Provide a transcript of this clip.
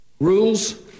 Rules